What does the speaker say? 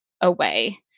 away